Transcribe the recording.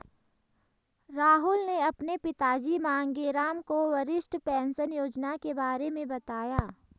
राहुल ने अपने पिताजी मांगेराम को वरिष्ठ पेंशन योजना के बारे में बताया